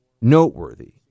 noteworthy